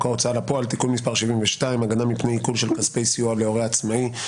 ההוצאה לפועל (תיקון מס' 72) (הגנה מפני עיקול של כספי סיוע להורה עצמאי),